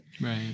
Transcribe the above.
right